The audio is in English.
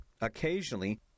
Occasionally